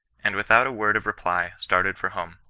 and without a word of reply started for home.